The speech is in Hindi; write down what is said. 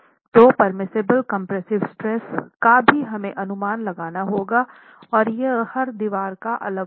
तो पेर्मिसिबल कम्प्रेस्सिव स्ट्रेस का भी हमे अनुमान लगाना होगा और यह हर दीवार काअलग होगा